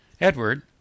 Edward